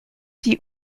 die